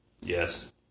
Yes